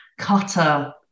cutter